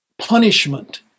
punishment